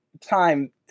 time